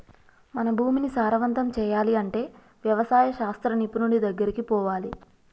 మన భూమిని సారవంతం చేయాలి అంటే వ్యవసాయ శాస్త్ర నిపుణుడి దెగ్గరికి పోవాలి